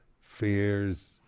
fears